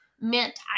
mint